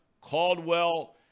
Caldwell